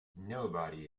nobody